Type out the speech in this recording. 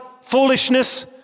foolishness